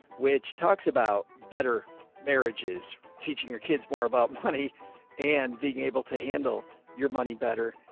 which talks about better marriages, teaching your kids more about money and being able to handle your money better.